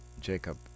Jacob